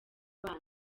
bana